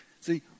see